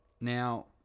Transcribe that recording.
Now